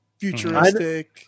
futuristic